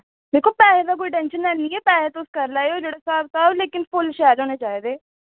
दिक्खो पैहे दी कोई टैंशन निं लैनी पैहे तुस करी लैएओ जेह्ड़े स्हाब स्हाब लेकिन फुल्ल शैल होने चाहिदे